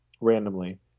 randomly